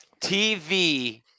TV